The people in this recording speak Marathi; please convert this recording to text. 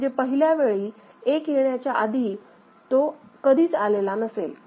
म्हणजे पहिल्या वेळी 1 येण्याच्या आधी तो कधीच आलेला नसेल